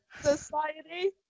...society